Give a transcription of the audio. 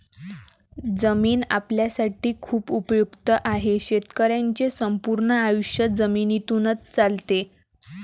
जमीन आपल्यासाठी खूप उपयुक्त आहे, शेतकऱ्यांचे संपूर्ण आयुष्य जमिनीतूनच चालते